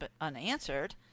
unanswered